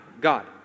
God